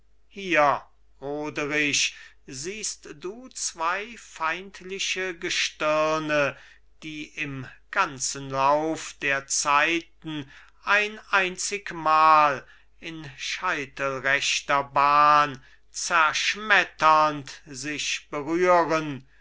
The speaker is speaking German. hier roderich siehst du zwei feindliche gestirne die im ganzen lauf der zeiten ein einzig mal in scheitelrechter bahn zerschmetternd sich berühren